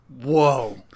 whoa